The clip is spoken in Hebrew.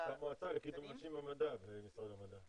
הייתה מועצה לקידום נשים במדע במשרד המדע.